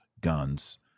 guns